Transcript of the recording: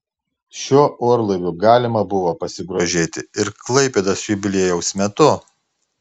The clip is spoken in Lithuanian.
šiuo orlaiviu galima buvo pasigrožėti ir klaipėdos jubiliejaus metu